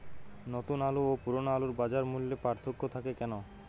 নতুন আলু ও পুরনো আলুর বাজার মূল্যে পার্থক্য থাকে কেন?